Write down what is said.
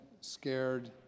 scared